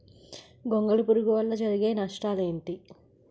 గొంగళి పురుగు వల్ల జరిగే నష్టాలేంటి?